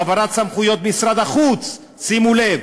העברת סמכויות משרד החוץ שימו לב,